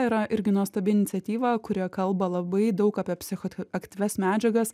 yra irgi nuostabi iniciatyva kurioje kalba labai daug apie psichoaktyvias medžiagas